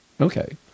Okay